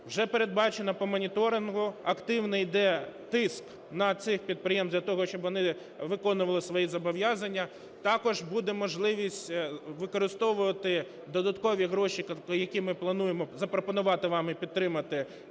Вже передбачено по моніторингу, активний йде тиск на ці підприємства для того, щоб вони виконували свої зобов'язання. Також буде можливість використовувати додаткові гроші, які ми плануємо запропонувати вам і підтримати як